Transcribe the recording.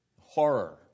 horror